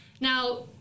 Now